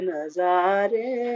Nazare